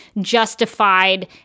justified